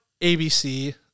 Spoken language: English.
ABC